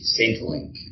Centrelink